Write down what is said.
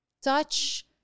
Touch